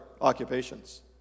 occupations